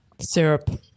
syrup